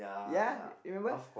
ya remember